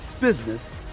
business